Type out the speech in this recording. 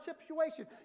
situation